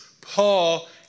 Paul